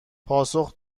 پاسخ